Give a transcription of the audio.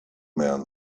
man